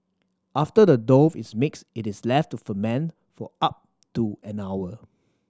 after the dough is mixed it is left to ferment for up to an hour